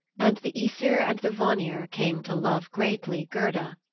and the aesir and the vanir came to love greatly gerda,